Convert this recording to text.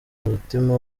umutima